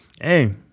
Hey